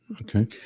Okay